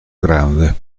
grande